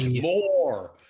more